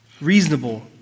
Reasonable